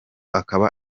akaba